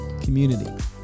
community